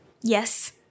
Yes